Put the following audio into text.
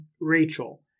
Rachel